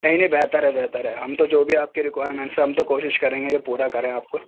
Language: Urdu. نہیں نہیں بہتر ہے بہتر ہے ہم تو جو بھی آپ کی ریکوائرمنٹس ہیں ہم تو کوشش کریں گے کہ پورا کریں آپ کو